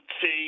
See